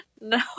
No